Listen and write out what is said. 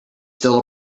still